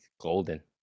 golden